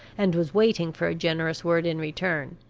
and was waiting for a generous word in return,